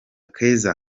keza